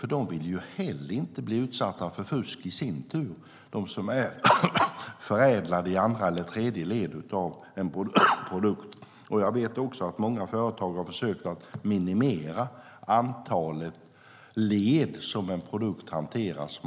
Företagen vill ju inte heller bli utsatta för fusk i sin tur när det handlar om produkter som är förädlade i andra eller tredje led. Jag vet också att många företag har försökt minimera antalet led som en produkt hanteras i.